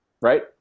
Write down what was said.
right